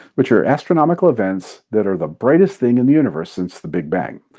which are astronomical events that are the brightest thing in the universe since the big bang.